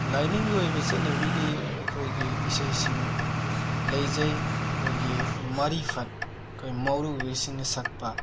ꯂꯥꯏꯅꯤꯡꯒꯤ ꯑꯣꯏꯕ ꯆꯠꯅꯕꯤꯒꯤ ꯑꯩꯈꯣꯏꯒꯤ ꯏꯁꯩꯁꯤꯡ ꯂꯩꯖꯩ ꯑꯩꯈꯣꯏꯒꯤ ꯃꯥꯔꯤꯐꯠ ꯑꯩꯈꯣꯏ ꯃꯥꯎꯔꯨꯕꯁꯤꯡꯅ ꯁꯛꯄꯥ